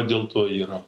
dėl to yra